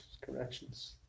Corrections